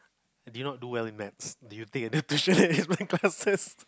did you not do well in maths do you take enough tuition in my classes